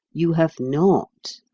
you have not.